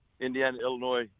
Indiana-Illinois